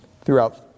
throughout